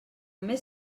més